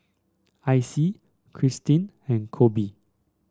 Icy Kirstin and Kolby